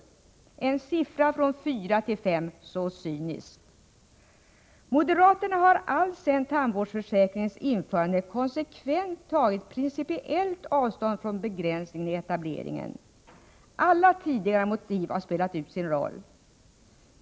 Så cyniskt! Moderaterna har alltsedan tandvårdsförsäkringens införande konsekvent tagit principiellt avstånd från begränsning i etableringen. Alla tidigare motiv har spelat ut sin roll.